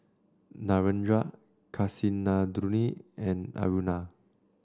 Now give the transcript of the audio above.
Narendra Kasinadhuni and Aruna